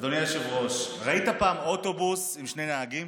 אדוני היושב-ראש, ראית פעם אוטובוס עם שני נהגים?